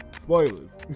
Spoilers